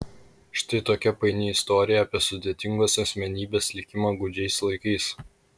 štai tokia paini istorija apie sudėtingos asmenybės likimą gūdžiais laikais